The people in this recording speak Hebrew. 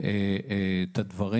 את הדברים.